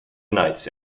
knights